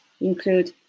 include